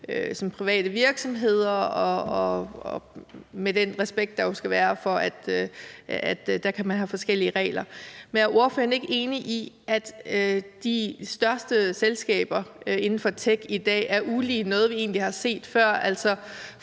som private virksomheder og med den respekt, der jo skal være for, at der kan man have forskellige regler. Men er ordføreren ikke enig i, at de største selskaber inden for tech i dag er ulig noget, vi har set før?